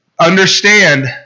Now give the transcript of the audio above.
Understand